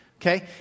Okay